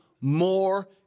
more